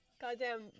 Goddamn